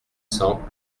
cents